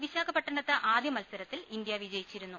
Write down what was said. വിശാഖപട്ടണത്ത് ആദ്യ മത്സരത്തിൽ ഇന്ത്യ വിജയിച്ചി രുന്നു